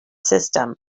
system